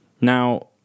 Now